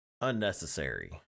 unnecessary